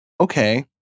Okay